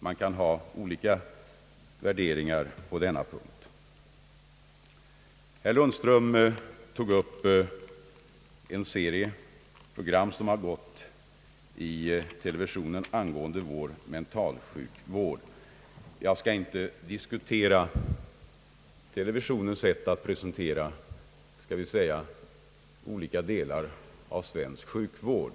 Man kan ha olika värderingar i denna fråga. Herr Lundström tog upp en serie televisionsprogram angående vår mentalsjukvåd. Jag skall inte diskutera televisionens sätt att presentera olika delar av svensk sjukvård.